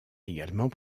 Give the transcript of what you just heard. également